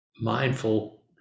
mindful